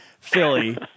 Philly